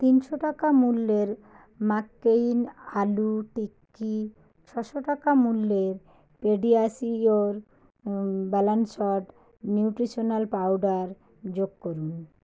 তিনশো টাকা মূল্যের ম্যাককেইন আলু টিক্কি ছশো টাকা মূল্যের পেডিয়াশিয়োর ব্যালেন্সড নিউট্রিশনাল পাউডার যোগ করুন